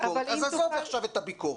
אז עזוב עכשיו את הביקורת.